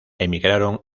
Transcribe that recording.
emigraron